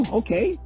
okay